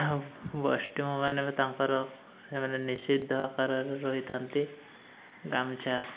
ବୈଷ୍ଣବ ମାନେ ତାଙ୍କର ସେମାନେ ନିଷିଦ୍ଧ ଆକାରରେ ରହିଥାନ୍ତି ଗାମୁଛା